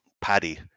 Paddy